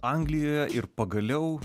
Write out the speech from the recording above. anglijoje ir pagaliau